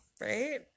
right